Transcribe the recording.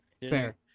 fair